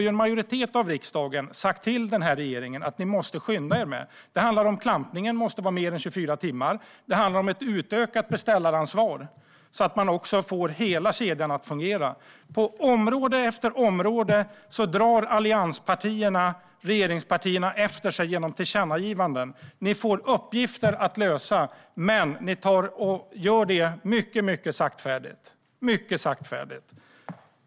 En majoritet i riksdagen har sagt till den här regeringen att ni måste skynda er med det. Klampning måste kunna göras i mer än 24 timmar. Med ett utökat beställaransvar får man hela kedjan att fungera. På område efter område drar allianspartierna genom tillkännagivanden regeringspartierna efter sig. Ni får uppgifter att lösa, men ni gör det mycket saktfärdigt.